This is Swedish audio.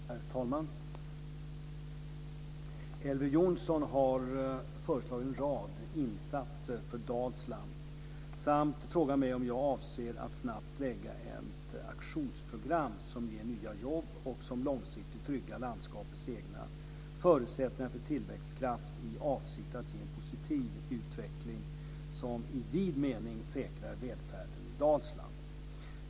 Herr talman! Elver Jonsson har föreslagit en rad insatser för Dalsland samt frågat mig om jag avser att snabbt lägga ett aktionsprogram som ger nya jobb och som långsiktigt tryggar landskapets egna förutsättningar för tillväxtkraft i avsikt att ge en positiv utveckling som i vid mening säkrar välfärden i Dalsland.